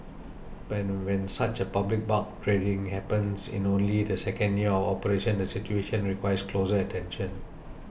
but when such public barb trading happens in only the second year of operations the situation requires closer attention